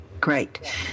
great